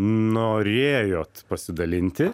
norėjot pasidalinti